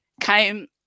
came